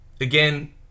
Again